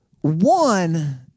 One